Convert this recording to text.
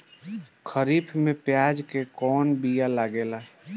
खरीफ में प्याज के कौन बीया लागेला?